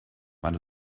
man